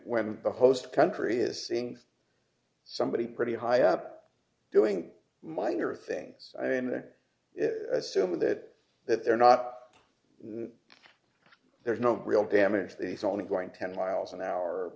when the host country is seeing somebody pretty high up doing minor things i mean that assuming that that they're not there's no real damage they saw only going to ten miles an hour